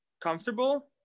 comfortable